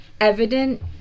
evident